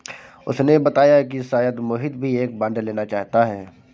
उसने बताया कि शायद मोहित भी एक बॉन्ड लेना चाहता है